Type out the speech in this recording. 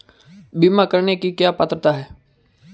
बीमा करने की पात्रता क्या है?